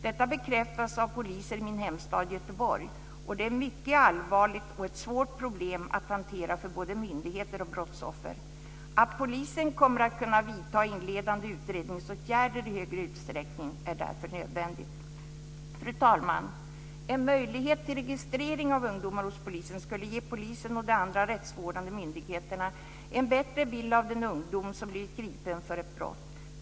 Detta bekräftas av poliser i min hemstad Göteborg, och det är ett mycket allvarligt och ett svårt problem att hantera för både myndigheter och brottsoffer. Att polisen kommer att kunna vidta inledande utredningsåtgärder i högre utsträckning är därför nödvändigt. Fru talman! En möjlighet till registrering av ungdomar hos polisen skulle ge polisen och de andra rättsvårdande myndigheterna en bättre bild av den ungdom som blivit gripen för ett brott.